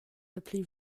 appelez